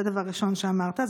זה הדבר הראשון שאמרת.